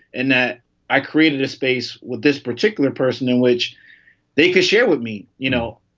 and that i created a space with this particular person in which they could share with me, you know,